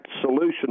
solution